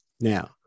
Now